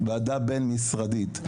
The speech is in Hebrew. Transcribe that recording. וועדה בין משרדית,